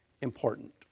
important